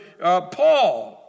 Paul